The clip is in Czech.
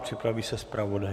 Připraví se zpravodaj.